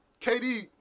KD